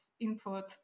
input